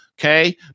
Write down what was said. Okay